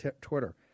Twitter